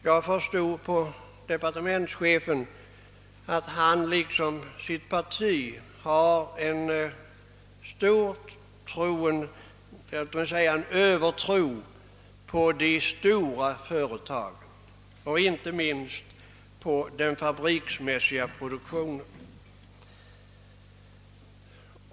Jag förstår att departementschefen liksom hans parti lider av en övertro på de stora företagen och inte minst på den fabriksmässiga produktionen av livsmedel.